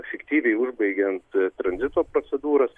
efektyviai užbaigiant tranzito procedūras